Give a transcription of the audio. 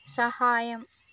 സഹായം